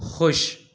خوش